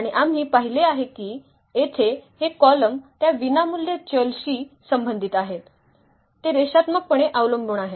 आणि आम्ही पाहिले आहे की येथे हे कॉलम त्या विनामूल्य चल शी संबंधित आहेत ते रेषात्मकपणे अवलंबून आहेत